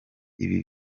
ibi